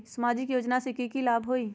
सामाजिक योजना से की की लाभ होई?